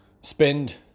spend